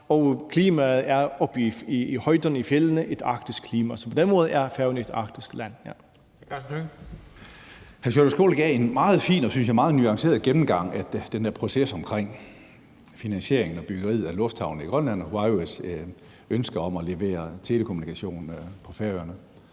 og klimaet oppe i fjeldene er et arktisk klima. Så på den måde er Færøerne et arktisk land.